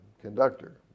conductor